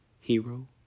Hero